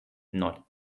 not